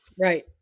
Right